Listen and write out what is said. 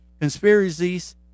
Conspiracies